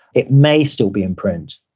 it may still be in print,